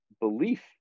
belief